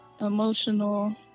emotional